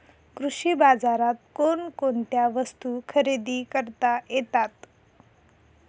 कृषी बाजारात कोणकोणत्या वस्तू खरेदी करता येतात